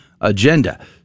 agenda